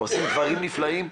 עושים דברים נפלאים,